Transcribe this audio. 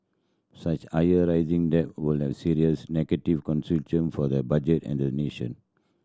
such higher rising debt would have serious negative for the budget and the nation